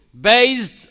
based